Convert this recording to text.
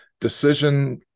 Decision